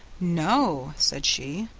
no, said she,